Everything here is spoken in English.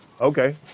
Okay